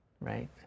right